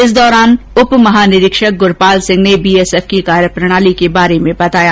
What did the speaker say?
इस दौरान उप महानिरीक्षक गुरपाल सिंह ने बीएसएफ की कार्य प्रणाली के बारे में बताया